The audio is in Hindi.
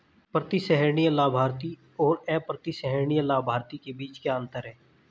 प्रतिसंहरणीय लाभार्थी और अप्रतिसंहरणीय लाभार्थी के बीच क्या अंतर है?